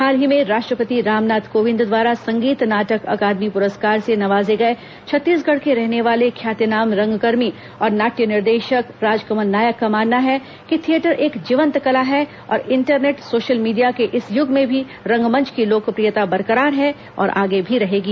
हाल ही मे राष्ट्रपति रामनाथ कोविंद द्वारा संगीत नाटक अकादमी पुरस्कार से नवाजे गए छत्तीसगढ़ के रहने वाले ख्याति नाम रंगकर्मी और नाट्य निर्देशक राजकमल नायक का मानना है कि थियेटर एक जीवंत कला है और इंटरनेट सोशल मीडिया के इस युग में भी रंगमंच की लोकप्रियता बरकरार है और आगे भी रहेगी